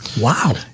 Wow